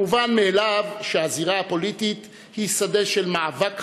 מובן מאליו שהזירה הפוליטית היא שדה של מאבק חריף,